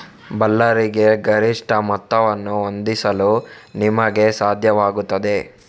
ಬಿಲ್ಲರಿಗೆ ಗರಿಷ್ಠ ಮೊತ್ತವನ್ನು ಹೊಂದಿಸಲು ನಿಮಗೆ ಸಾಧ್ಯವಾಗುತ್ತದೆ